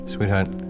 Sweetheart